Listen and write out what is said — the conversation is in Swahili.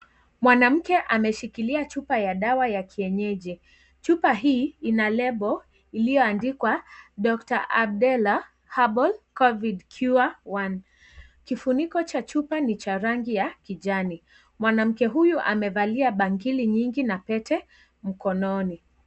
Mwanamke ameshikilia chupa ya dawa ya kienyeji. Chupa hii ina lebo iliyoandikwa Doctor Abdellah Herbal Covid Cure One . Kifuniko cha chupa ni cha rangi ya kijani. Mwanamke huyu amevalia bangili nyingi na pete mkononi.